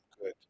good